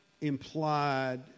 implied